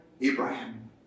Abraham